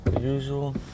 usual